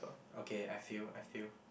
okay I feel I feel